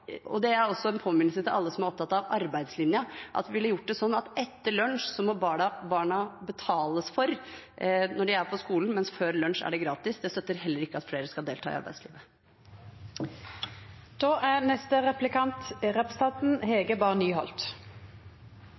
og det er også en påminnelse til alle som er opptatt av arbeidslinjen – tror jeg ikke at vi ville gjort det sånn at etter lunsj må barna betales for når de er på skolen, mens før lunsj er det gratis. Det støtter heller ikke at flere skal delta i arbeidslivet.